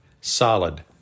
solid